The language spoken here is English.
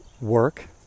work